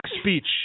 speech